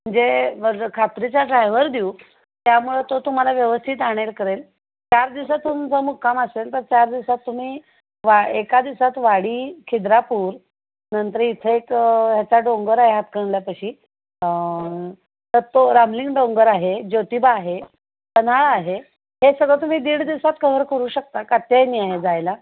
जे खात्रीचा ड्रायव्हर देऊ त्यामुळं तो तुम्हाला व्यवस्थित आणेल करेल चार दिवसा तुमचा मुक्काम असंल तर चार दिवसात तुम्ही वा एका दिवसात वाडी खिद्रापूर नंतर इथं एक ह्याचा डोंगर आहे हातकणंगल्यापाशी तर तो रामलिंग डोंगर आहे ज्योतिबा आहे पन्हाळा आहे हे सगळं तुम्ही दीड दिवसात कवर करू शकता कात्यायनी आहे जायला